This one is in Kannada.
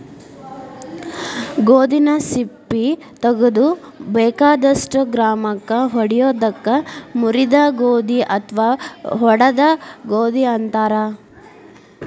ಗೋಧಿನ ಸಿಪ್ಪಿ ತಗದು ಬೇಕಾದಷ್ಟ ಗಾತ್ರಕ್ಕ ಒಡಿಯೋದಕ್ಕ ಮುರಿದ ಗೋಧಿ ಅತ್ವಾ ಒಡದ ಗೋಧಿ ಅಂತಾರ